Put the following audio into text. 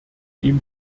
ihm